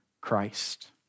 Christ